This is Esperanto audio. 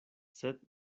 sed